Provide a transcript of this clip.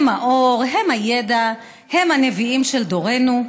הם האור, הם הידע, הם הנביאים של דורנו.